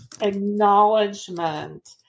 acknowledgement